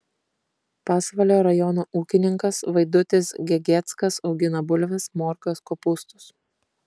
pasvalio rajono ūkininkas vaidutis gegieckas augina bulves morkas kopūstus